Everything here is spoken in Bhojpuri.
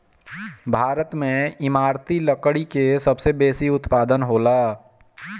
भारत में इमारती लकड़ी के सबसे बेसी उत्पादन होला